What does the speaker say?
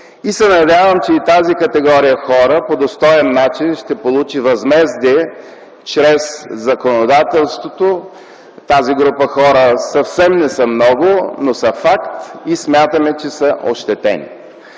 г. Надявам се, че и тази категория хора по достоен начин ще получи възмездие чрез законодателството. Тази група хора съвсем не са много, но са факт и смятаме, че са ощетени.